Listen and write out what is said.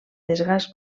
desgast